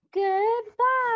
goodbye